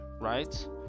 right